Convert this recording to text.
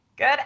Good